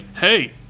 hey